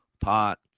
pot